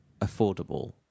affordable